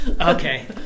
Okay